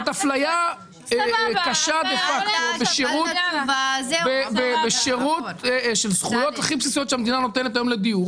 זאת אפליה קשה בשירות של זכויות הכי בסיסיות שהמדינה נותנת היום לדיור.